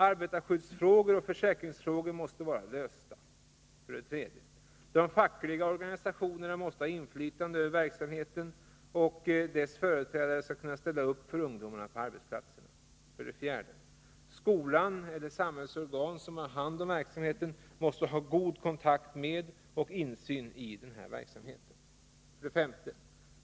Arbetarskyddsfrågor och försäkringsfrågor måste vara lösta. 3. De fackliga organisationerna måste ha inflytande över verksamheten, och deras företrädare skall kunna ställa upp för ungdomarna på arbetsplatserna. 4. Skolan eller de samhällets organ som har hand om verksamheten måste ha god kontakt med och insyn i verksamheten. 5.